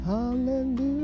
Hallelujah